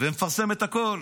ומפרסם את הכול.